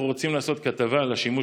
אנחנו רוצים לעשות כתבה על השימוש